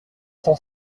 sans